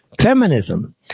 Feminism